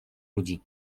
łudzi